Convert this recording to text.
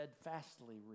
steadfastly